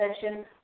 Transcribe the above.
session